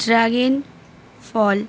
dragon ফল